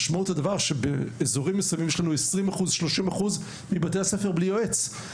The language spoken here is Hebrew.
משמעות הדבר שבאזורים מסוימים יש לנו 20-30 אחוז מבתי הספר בלי יועץ.